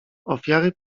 ofiary